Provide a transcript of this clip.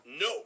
No